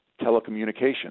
telecommunications